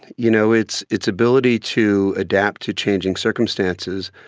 you know its its ability to adapt to changing circumstances,